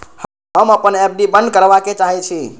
हम अपन एफ.डी बंद करबा के चाहे छी